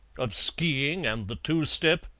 of ski-ing and the two-step,